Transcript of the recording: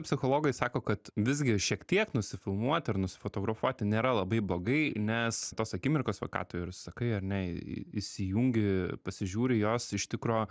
psichologai sako kad visgi šiek tiek nusifilmuoti ar nusifotografuoti nėra labai blogai nes tos akimirkos va ką tu ir sakai ar ne įsijungi pasižiūri jos iš tikro